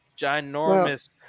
ginormous